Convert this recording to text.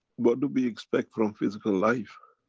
what do we expect from physical life?